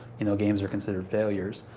you know, games are considered failures.